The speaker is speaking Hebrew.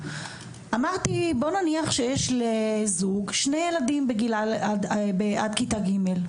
אמרתי בוא נניח שיש לזוג שני ילדים עד כיתה ג',